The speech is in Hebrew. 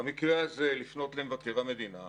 במקרה הזה לפנות למבקר המדינה